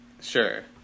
Sure